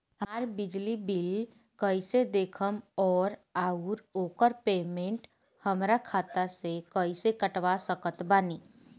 हमार बिजली बिल कईसे देखेमऔर आउर ओकर पेमेंट हमरा खाता से कईसे कटवा सकत बानी?